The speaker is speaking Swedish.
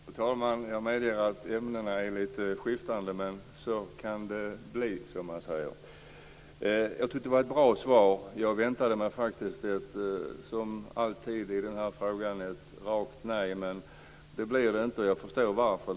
Fru talman! Jag medger att ämnena är lite skiftande, men så kan det bli, som man säger. Jag tycker att det var ett bra svar. Jag väntade mig faktiskt - som alltid i den här frågan - ett rakt nej, men det blev det inte, och jag förstår varför.